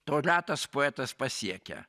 to retas poetas pasiekia